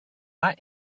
not